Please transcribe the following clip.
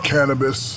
Cannabis